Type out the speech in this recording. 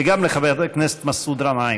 וגם לחבר הכנסת מסעוד גנאים.